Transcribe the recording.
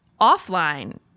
offline